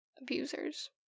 abusers